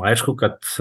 aišku kad